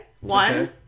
One